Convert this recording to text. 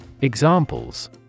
Examples